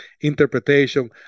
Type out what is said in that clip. interpretation